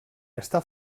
està